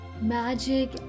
magic